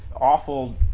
awful